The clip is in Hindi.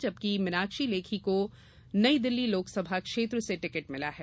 जबकि मीनाक्षी लेखी को नई दिल्ली लोकसभा क्षेत्र से टिकट मिला है